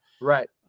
right